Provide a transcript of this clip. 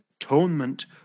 atonement